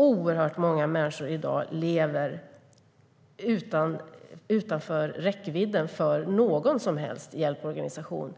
Oerhört många människor lever dessutom utanför räckvidden för någon som helst hjälporganisation.